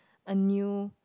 a new